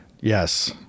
yes